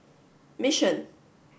mission